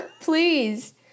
Please